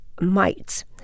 mites